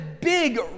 big